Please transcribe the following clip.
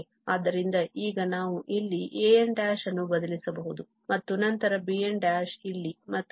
ಆದ್ದರಿಂದ ಈಗ ನಾವು ಇಲ್ಲಿ an ಅನ್ನು ಬದಲಿಸಬಹುದು ಮತ್ತು ನಂತರ bn ಇಲ್ಲಿ ಮತ್ತು a0 ಹೇಗಾದರೂ 0 ಆಗಿದೆ